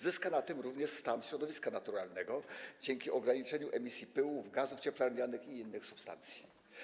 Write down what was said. Zyska na tym również stan środowiska naturalnego dzięki ograniczeniu emisji pyłów, gazów cieplarnianych i innych substancji.